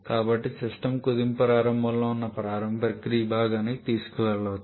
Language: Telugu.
కాబట్టి సిస్టమ్ కుదింపు ప్రారంభంలో ఉన్న ప్రారంభ ప్రక్రియ భాగానికి తిరిగి వెళ్ళవచ్చు